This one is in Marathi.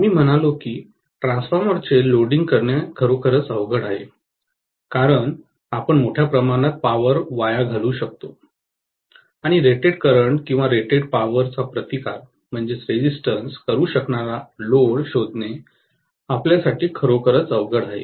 आम्ही म्हणालो की ट्रान्सफॉर्मरचे लोडिंग करणे खरोखर अवघड आहे कारण आपण मोठ्या प्रमाणात पॉवर वाया घालवू शकतो आणि रेटेड करंट किंवा रेटेड पॉवर चा प्रतिकार करू शकणारा लोड शोधणे आपल्यासाठी खरोखर अवघड आहे